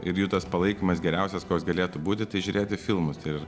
ir jų tas palaikymas geriausias koks galėtų būti tai žiūrėti filmus ir